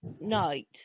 Night